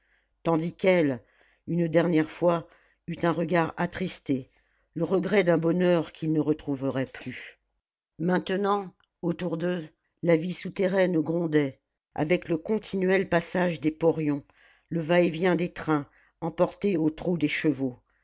tandis qu'elle une dernière fois eut un regard attristé le regret d'un bonheur qu'ils ne retrouveraient plus maintenant autour d'eux la vie souterraine grondait avec le continuel passage des porions le va-et-vient des trains emportés au trot des chevaux